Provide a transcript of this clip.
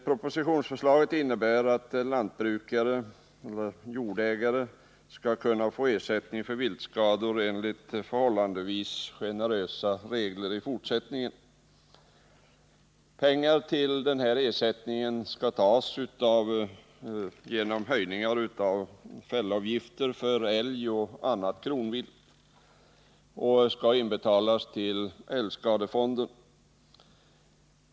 Propositionsförslaget innebär att lantbrukare och jordägare kommer att kunna få ersättning för viltskador enligt förhållandevis generösa regler. Pengar till den ersättningen skall erhållas genom höjning av de avgifter för älg och annat kronvilt som skall utbetalas till älgskadefonden.